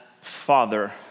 Father